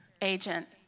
Agent